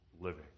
living